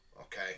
okay